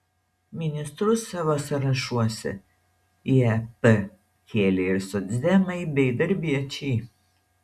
ministrus savo sąrašuose į ep kėlė ir socdemai bei darbiečiai